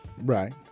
Right